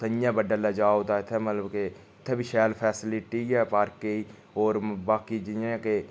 जि'यां बडलै जाओ तां मतलब के इत्थै बी शैल फैसलिटी ऐ पार्के होर बाकी जि'यां के